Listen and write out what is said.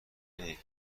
نمی